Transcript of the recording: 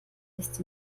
ist